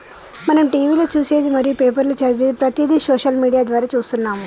మనం టీవీలో చూసేది మరియు పేపర్లో చదివేది ప్రతిదీ సోషల్ మీడియా ద్వారా చూస్తున్నాము